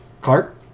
Clark